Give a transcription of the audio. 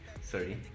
sorry